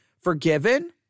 forgiven